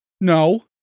No